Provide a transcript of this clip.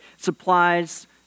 supplies